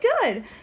good